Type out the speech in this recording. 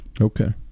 Okay